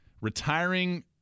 retiring